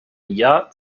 yacht